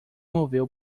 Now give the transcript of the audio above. moveu